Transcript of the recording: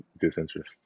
disinterest